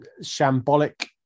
shambolic